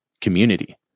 community